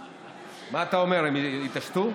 מה אתה אומר, הם יתעשתו?